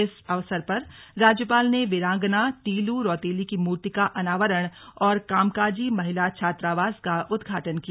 इस अवसर पर राज्यपाल ने वीरांगना तीलू रौतेली की मूर्ति का अनावरण और कामकाजी महिला छात्रावास का उद्घाटन किया